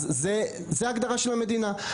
אז זו ההגדרה של המדינה.